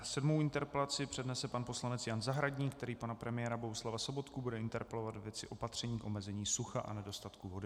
Sedmou interpelaci přednese pan poslanec Jan Zahradník, který pana premiéra Bohuslava Sobotku bude interpelovat ve věci opatření k omezení sucha a nedostatku vody.